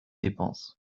dépenses